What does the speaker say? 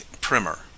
Primer